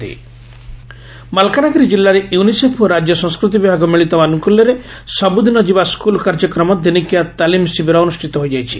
ତାଲିମ ଶିବିର ମାଲକାନଗିରି ଜିଲ୍ଲାରେ ୟୁନିସେଫ ଓ ରାଜ୍ୟ ସଂସ୍କୃତି ବିଭାଗ ମିଳିତ ଆନୁକୁଲ୍ୟରେ 'ସବୁଦିନ ଯିବା ସ୍କୁଲ' କାର୍ଯ୍ୟକ୍ରମ ଦିନିକିଆ ତାଲିମ ଶିବିର ଅନୁଷିତ ହୋଇଯାଇଛି